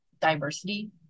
diversity